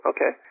Okay